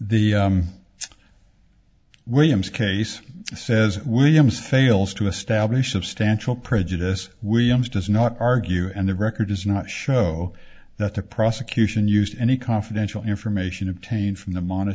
the williams case says williams fails to establish substantial prejudice williams does not argue and the record does not show that the prosecution used any confidential information obtained from the